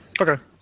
okay